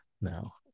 now